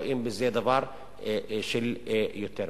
רואים בזה דבר שהוא יותר מדי.